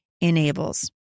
enables